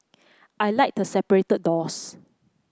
I like the separated doors